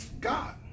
God